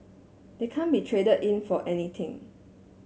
they can't be traded in for anything